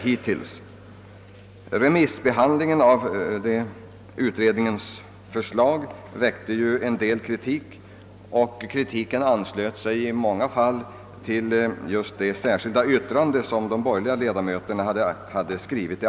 Vid remissbehandlingen av utredningens förslag framfördes en hel del kritik, som i många fall anknöt till de borgerliga ledamöternas särskilda yttrande.